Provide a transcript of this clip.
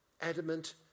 adamant